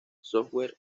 software